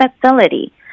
facility